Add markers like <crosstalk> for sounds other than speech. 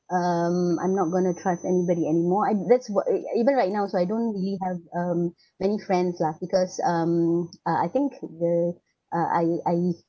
um I'm not going to trust anybody any more and that's what uh even right now also I don't really have um <breath> many friends lah because um <noise> uh I think the <breath> uh I I